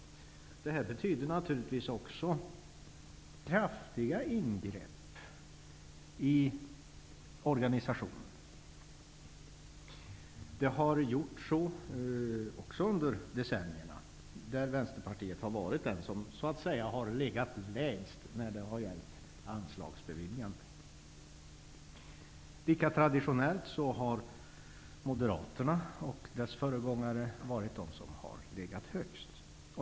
Detta betyder givetvis kraftiga ingrepp i organisationen. Vänsterpartiet har under decennierna varit det parti som legat lägst i anslagsyrkandena. Lika traditionellt har Moderaterna och dess föregångare varit det parti som legat högst.